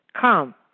Come